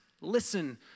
listen